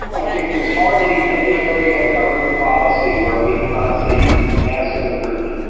i think there's hardly any area of government policy where we could not see massive improvement.